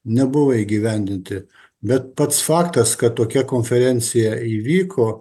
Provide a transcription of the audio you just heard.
nebuvo įgyvendinti bet pats faktas kad tokia konferencija įvyko